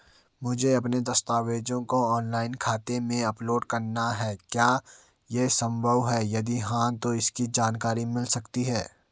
मुझे अपने दस्तावेज़ों को ऑनलाइन खाते में अपलोड करना है क्या ये संभव है यदि हाँ तो इसकी जानकारी मिल सकती है?